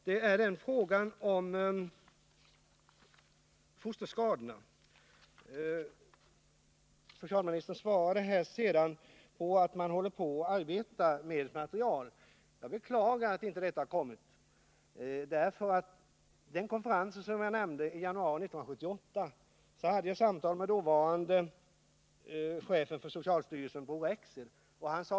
Det gäller frågan om fosterskadorna. Socialministern svarade att man håller på att arbeta med en del material. Jag beklagar att detta inte har kommit. Under den konferens som hölls i januari 1978 och som jag nämnde hade jag ett samtal med dåvarande chefen för socialstyrelsen Bror Rexed.